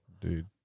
dude